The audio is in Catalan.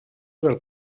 del